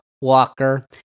Walker